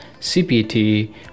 cpt